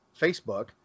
Facebook